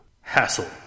hassle